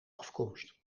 afkomst